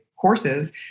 courses